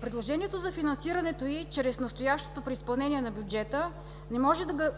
Предложението за финансирането чрез настоящото преизпълнение на бюджета не може да